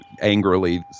angrily